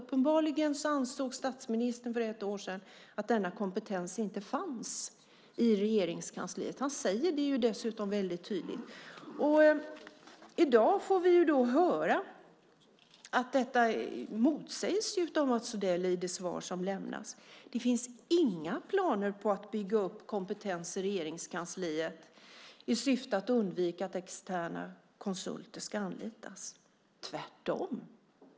Uppenbarligen ansåg statsministern för ett år sedan att denna kompetens inte fanns i Regeringskansliet. Han säger det dessutom väldigt tydligt. I dag får vi höra att detta motsägs av Mats Odell i det svar som lämnas. Det finns inga planer på att bygga upp kompetens i Regeringskansliet i syfte att undvika att externa konsulter ska anlitas. Tvärtom!